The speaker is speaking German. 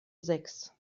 sechs